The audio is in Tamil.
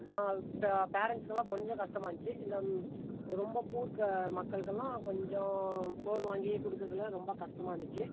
பே பேரண்ட்ஸுக்கெல்லாம் கொஞ்சம் கஷ்டமாக இருந்துச்சு இந்த ரொம்ப பூர் க மக்களுக்கெல்லாம் கொஞ்சம் ஃபோன் வாங்கி கொடுக்கறதுல ரொம்ப கஷ்டமாகிருந்துச்சு